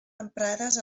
emprades